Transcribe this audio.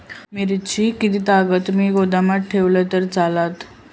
मिरची कीततागत मी गोदामात ठेवलंय तर चालात?